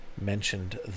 mentioned